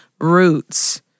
roots